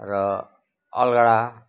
र अलगडा